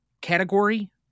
category